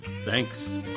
Thanks